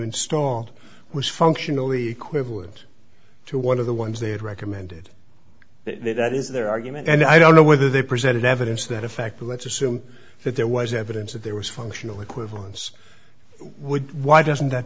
installed was functionally equivalent to one of the ones they had recommended that that is their argument and i don't know whether they presented evidence that a fact let's assume that there was evidence that there was functional equivalence why doesn't that